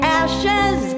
ashes